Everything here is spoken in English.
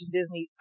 Disney